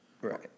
Right